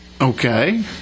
Okay